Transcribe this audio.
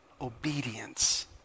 obedience